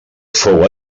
fou